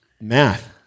math